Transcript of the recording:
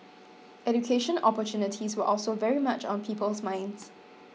education opportunities were also very much on people's minds